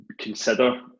consider